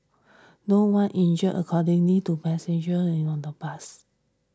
no one injured according to passenger on the bus